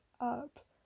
up